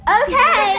okay